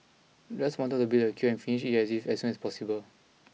I just wanted to beat the queue and finish with it as soon as possible